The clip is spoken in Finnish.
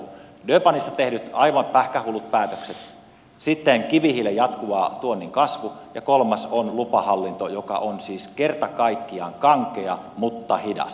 durbanissa tehdyt aivan pähkähullut päätökset sitten kivihiilen jatkuva tuonnin kasvu ja kolmas on lupahallinto joka on siis kerta kaikkiaan kankea mutta hidas